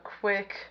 quick